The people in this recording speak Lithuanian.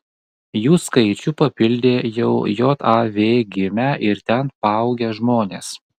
jų skaičių papildė jau jav gimę ir ten paaugę žmonės